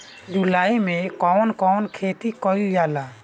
जुलाई मे कउन कउन खेती कईल जाला?